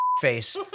Face